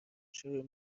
شروع